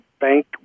bank